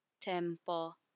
tempo